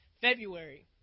February